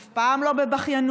אף פעם לא בבכיינות.